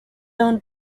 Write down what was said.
owned